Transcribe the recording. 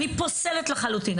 אני פוסלת לחלוטין.